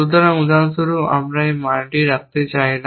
সুতরাং উদাহরণস্বরূপ আমরা এই মানটি রাখতে চাই না